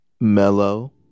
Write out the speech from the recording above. Mellow